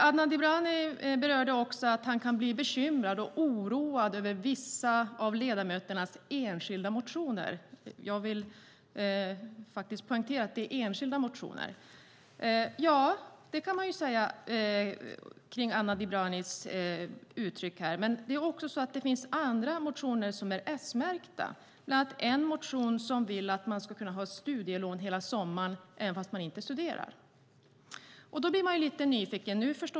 Adnan Dibrani berörde att han kan bli bekymrad och oroad över vissa av ledamöternas enskilda motioner. Jag vill poängtera att det handlar om enskilda motioner. Ja, det kan man säga. Men det finns också S-märkta motioner, bland annat en motion där det talas om att kunna ha studielån hela sommaren även om man inte studerar. Då blir man lite nyfiken.